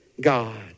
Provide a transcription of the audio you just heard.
God